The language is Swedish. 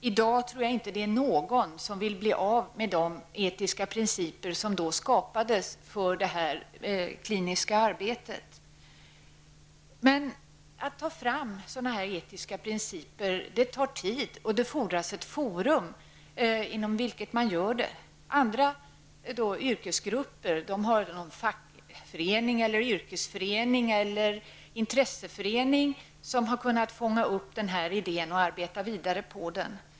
I dag tror jag inte att det är någon som vill bli av med de etiska principer som då skapades för det kliniska arbetet. Att ta fram etiska principer tar tid och det fordras ett forum inom vilket man gör det. Andra yrkesgrupper har fackförening, yrkesförening eller intresseförening som har kunnat fånga upp idén och arbeta vidare på den.